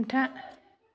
हमथा